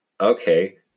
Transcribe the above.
Okay